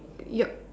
yup